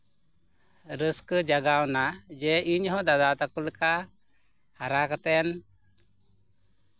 ᱨᱟᱹᱥᱠᱟᱹ ᱡᱟᱜᱟᱣ ᱮᱱᱟ ᱡᱮ ᱤᱧ ᱦᱚᱸ ᱫᱟᱫᱟ ᱛᱟᱠᱚ ᱞᱮᱠᱟ ᱦᱟᱨᱟ ᱠᱟᱛᱮᱱ